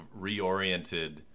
reoriented